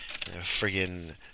friggin